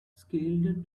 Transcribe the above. scaled